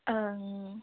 অঁ